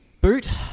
boot